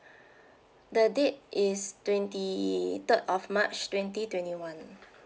the date is twenty third of march twenty twenty one